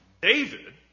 David